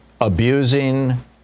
abusing